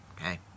Okay